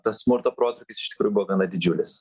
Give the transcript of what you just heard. tas smurto protrūkis iš tikrųjų buvo gana didžiulis